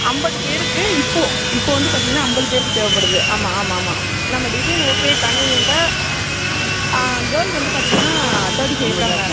ஐம்பது பேருக்கு இப்போது இப்போது வந்து பார்த்தீங்கன்னா ஐம்பது பேருக்கு தேவைப்படுது ஆமாம் ஆமாம் ஆமாம்மா நம்ம டிசைன் ஓகே கன்வினியன்ட்டா ஆ கேர்ள் வந்து பார்த்தீங்கன்னா தேர்ட்டி ஃபைவ் இருக்காங்க